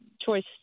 choice